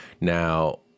now